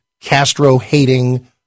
Castro-hating